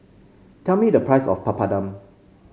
tell me the price of Papadum